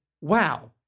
Wow